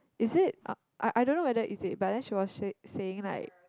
is it I I I don't know whether is it but then she was s~ saying like